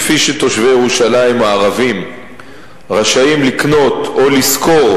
כפי שתושבי ירושלים הערבים רשאים לקנות או לשכור,